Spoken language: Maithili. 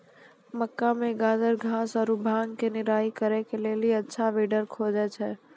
मक्का मे गाजरघास आरु भांग के निराई करे के लेली अच्छा वीडर खोजे छैय?